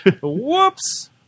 whoops